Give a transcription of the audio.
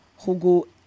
Hugo